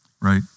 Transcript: right